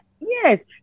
Yes